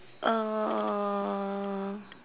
uh